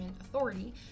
Authority